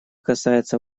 касается